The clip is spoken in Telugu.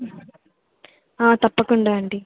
తప్పకుండా అండి